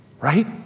right